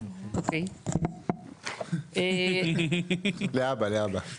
שאי אפשר לבצע עבודות בשטח של רשות מקומית בלי התייחסות של רשות מקומית.